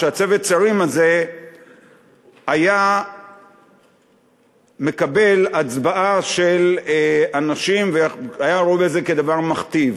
שצוות השרים הזה היה מקבל הצבעה של אנשים והיה רואה את זה כדבר מכתיב,